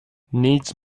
needs